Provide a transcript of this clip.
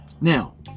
Now